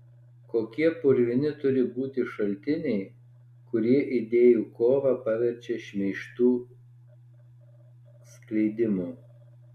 kokie purvini turi būti šaltiniai kurie idėjų kovą paverčia šmeižtų skleidimu